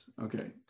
Okay